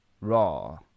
Raw